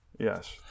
Yes